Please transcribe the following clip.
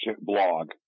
blog